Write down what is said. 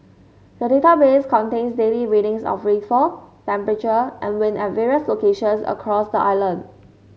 the database contains daily readings of rainfall temperature and wind at various locations across the island